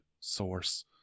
source